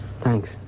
Thanks